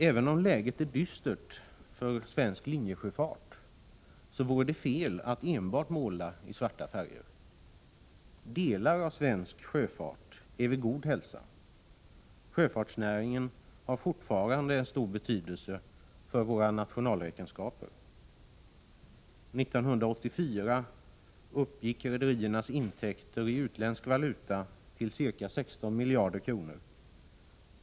Även om läget är dystert för svensk linjesjöfart, vore det fel att enbart måla i svarta färger. Delar av svensk sjöfart är vid god hälsa. Sjöfartsnäringen har fortfarande stor betydelse för våra nationalräkenskaper. År 1984 uppgick rederiernas intäkter i utländsk valuta till ca 16 miljarder kronor.